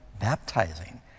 baptizing